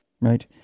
Right